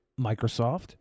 Microsoft